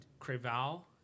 Craval